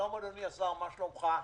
אדוני השר, מה שלומך?